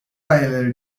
aileler